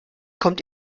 kommt